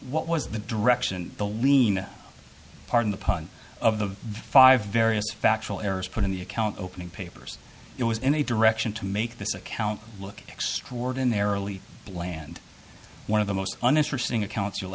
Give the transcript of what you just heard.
what was the direction the lean pardon the pun of the five various factual errors put in the account opening papers it was in a direction to make this account look extraordinarily bland one of the most uninteresting accounts you'll